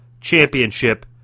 championship